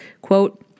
Quote